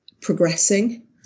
progressing